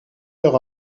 leur